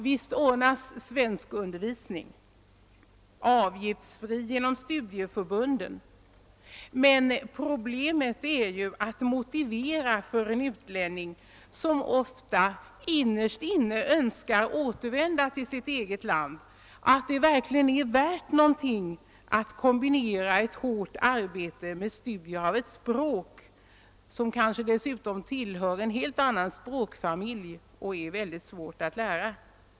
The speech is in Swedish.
Visst ordnas avgiftsfri svenskundervisning genom studieförbunden, men problemet är att motivera för en utlänning, som ofta innerst inne önskar återvända till sitt eget land, att det verkligen är värt någonting att kombinera ett hårt arbete med studium av ett språk som kanske dessutom tillhör en helt annan språkfamilj än invandrarens eget språk och är svårt att lära.